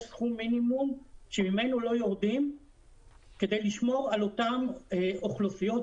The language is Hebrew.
סכום מינימום ממנו לא יורדים כדי לשמור על אותן אוכלוסיות,